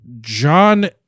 John